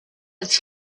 its